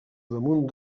damunt